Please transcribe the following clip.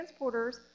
transporters